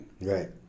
Right